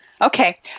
Okay